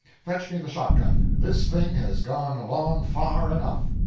fetch me the shotgun this thing has gone along far enough.